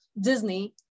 Disney